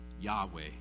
Yahweh